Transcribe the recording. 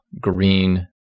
green